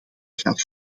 gaat